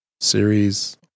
Series